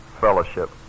fellowship